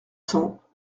cents